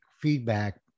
feedback